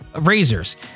Razors